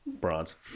Bronze